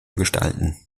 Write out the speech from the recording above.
gestalten